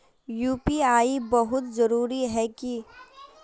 UPI बहुत जरूरी है की?